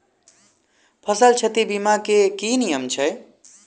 फसल क्षति बीमा केँ की नियम छै?